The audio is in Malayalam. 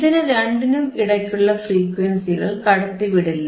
ഇതിനു രണ്ടിനും ഇടയ്ക്കുള്ള ഫ്രീക്വൻസികൾ കടത്തിവിടില്ല